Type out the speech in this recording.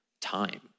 time